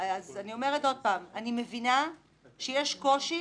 אז אני אומרת עוד פעם, אני מבינה שיש קושי